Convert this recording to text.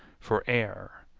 for air,